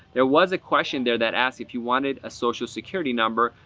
there was a question there that asked if you wanted a social security number,